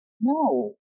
No